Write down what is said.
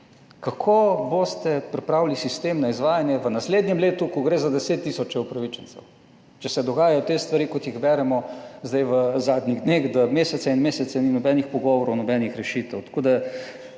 kako boste pripravili sistem na izvajanje v naslednjem letu, ko gre za deset tisoče upravičencev? Če se dogajajo te stvari, kot jih beremo zdaj v zadnjih dneh, da mesece in mesece ni nobenih pogovorov, nobenih rešitev.